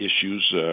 issues